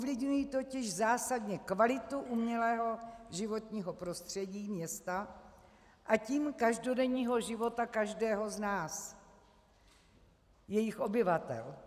Ovlivňují totiž zásadně kvalitu umělého životního prostředí, města, a tím každodenního života každého z nás, jejich obyvatel.